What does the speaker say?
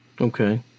Okay